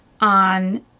on